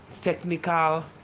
technical